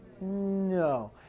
No